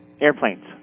airplanes